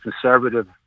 conservative